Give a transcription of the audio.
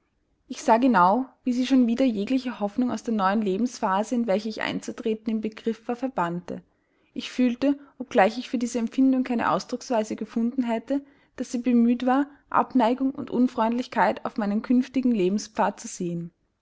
ich sah genau wie sie schon wieder jegliche hoffnung aus der neuen lebensphase in welche ich einzutreten im begriff war verbannte ich fühlte obgleich ich für diese empfindung keine ausdrucksweise gefunden hätte daß sie bemüht war abneigung und unfreundlichkeit auf meinen künftigen lebenspfad zu säen